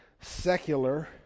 secular